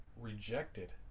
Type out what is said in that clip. rejected